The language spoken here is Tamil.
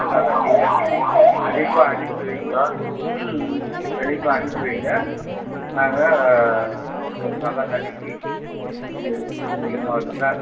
அதனால் நீங்கள் கண்டிப்பாக அனுப்பி வைங்க ம் ம் கண்டிப்பாக அனுப்பி வைங்க நாங்கள் அவனை ஒரு நல்லா நிலைக்கி இந்த ஸ்கூல் மூலிமா இருந்தால்